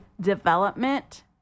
development